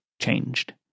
changed